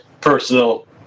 personal